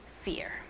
fear